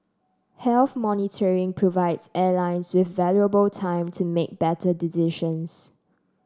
health monitoring provides airlines with valuable time to make better decisions